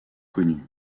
connus